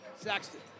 Saxton